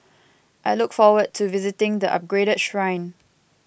I look forward to visiting the upgraded shrine